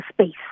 space